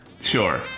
Sure